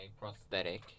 prosthetic